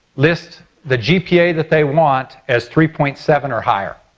list the gpa that they want as three point seven or higher.